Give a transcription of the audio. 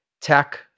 tech